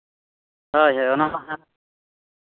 ᱦᱚᱭ ᱦᱳᱭ ᱚᱱᱟ ᱞᱟᱦᱟ